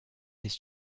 his